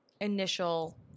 initial